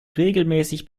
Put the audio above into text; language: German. regelmäßig